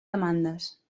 demandes